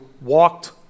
walked